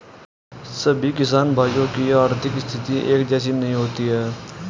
सभी किसान भाइयों की आर्थिक स्थिति एक जैसी नहीं होती है